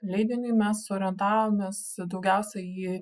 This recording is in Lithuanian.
leidinį mes orientavomės daugiausia į